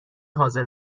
حاضر